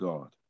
God